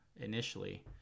initially